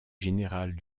général